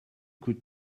could